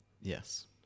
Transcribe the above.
Yes